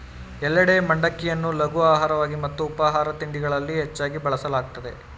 ಎಲ್ಲೆಡೆ ಮಂಡಕ್ಕಿಯನ್ನು ಲಘು ಆಹಾರವಾಗಿ ಮತ್ತು ಉಪಾಹಾರ ತಿಂಡಿಗಳಲ್ಲಿ ಹೆಚ್ಚಾಗ್ ಬಳಸಲಾಗ್ತದೆ